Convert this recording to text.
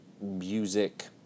music